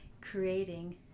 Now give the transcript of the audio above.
creating